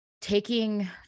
taking